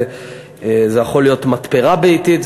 זה יכול להיות מתפרה ביתית,